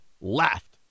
Laughed